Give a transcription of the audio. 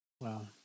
Wow